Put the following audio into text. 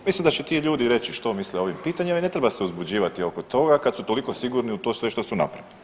Mislim da će ti ljudi reći što misle o ovim pitanjima i ne treba se uzbuđivati oko toga kad su toliko sigurni u sve to što su napravili.